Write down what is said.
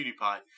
PewDiePie